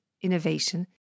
innovation